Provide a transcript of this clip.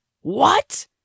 What